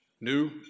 new